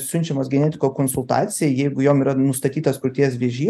siunčiamos genetiko konsultacijai jeigu jom yra nustatytas krūties vėžys